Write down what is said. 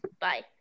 Bye